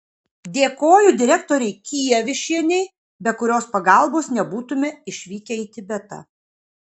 dėkoju direktorei kievišienei be kurios pagalbos nebūtume išvykę į tibetą